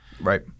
Right